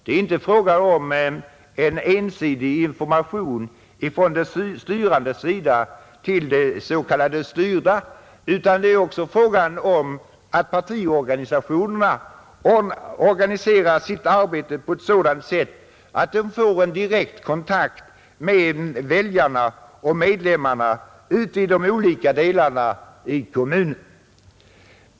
Det är inte fråga om en ensidig information ifrån de styrandes sida till de s.k. styrda, utan det är också fråga om att partiorganisationerna organiserar sitt arbete på ett sådant sätt att de får en direkt kontakt med väljarna och medlemmarna ute i olika delar av kommunerna.